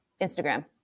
instagram